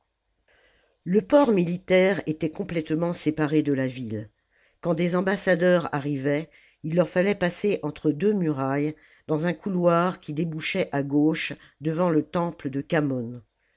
le port militaire était complètement séparé de la ville quand des ambassadeurs arrivaient il leur fallait passer entre deux murailles dans un couloir qui débouchait à gauche devant le temple de khamon